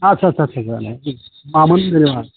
आच्चा आच्चा देनाय मामोन जेनेबा